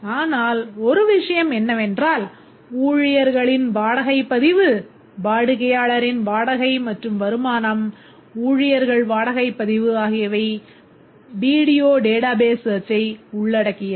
ஆனால் ஒரு விஷயம் என்னவென்றால் ஊழியர்களின் வாடகைப் பதிவு வாடிக்கையாளரின் வாடகை மற்றும் வருமானம் ஊழியர்கள் வாடகைப் பதிவு ஆகியவை வீடியோ database search ஐ உள்ளடக்கியது